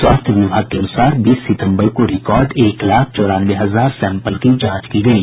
स्वास्थ्य विभाग के अनुसार बीस सितम्बर को रिकॉर्ड एक लाख चौरानवे हजार सैम्पल की जांच की गयी